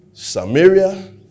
Samaria